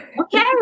okay